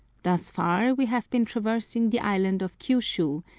thus far we have been traversing the island of kiu-shiu,